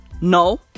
No